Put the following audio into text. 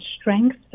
strength